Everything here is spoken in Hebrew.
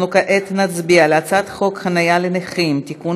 אנחנו כעת נצביע על הצעת חוק חניה לנכים (תיקון